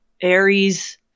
Aries